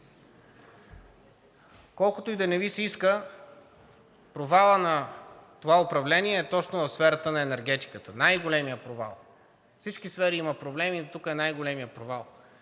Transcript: Колкото и да не Ви се иска, провалът на това управление е точно в сферата на енергетиката. Най-големият провал! Във всички сфери има проблеми, но тук е най-големият провал.